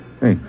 Hey